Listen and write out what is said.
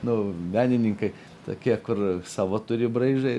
nu menininkai tokie kur savo turi braižą